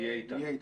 היא תהיה איתנו.